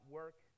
work